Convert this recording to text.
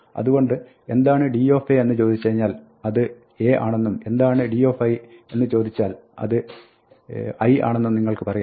അതുകൊണ്ട് എന്താണ് da എന്ന് ചോദിച്ചാൽ അത് a ആണെന്നും എന്താണ് di എന്ന് ചോദിച്ചാൽ അത് i ആണെന്നും നിങ്ങൾക്ക് പറയാം